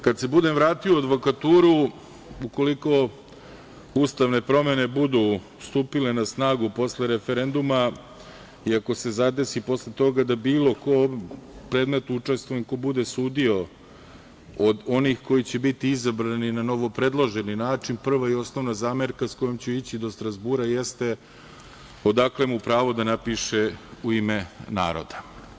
Kad se budem vratio u advokaturu, ukoliko ustavne promene budu stupile na snagu posle referenduma i ako se zadesi posle toga da bilo kom predmetu učestvujem ko bude sudio od onih koji će biti izabrani na novopredloženi način, prva i osnovna zamerka s kojom ću ići do Strazbura jeste – odakle mu pravo da napiše u ime naroda.